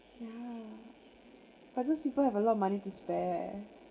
yeah but those people have a lot of money to spare